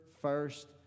first